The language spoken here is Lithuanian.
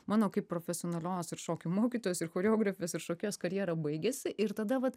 mano kaip profesionalios ir šokių mokytojos ir choreografės ir šokėjos karjera baigėsi ir tada vat